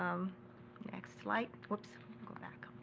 um next slide whoops go back.